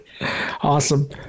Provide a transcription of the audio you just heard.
Awesome